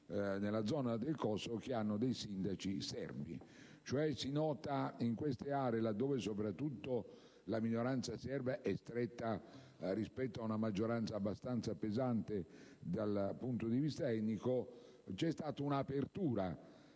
c'è stata un'apertura.